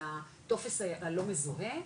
על הטופס הלא מזוהה,